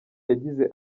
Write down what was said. yagize